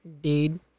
Dude